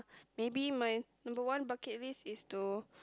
maybe my number one bucket list is to